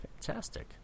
Fantastic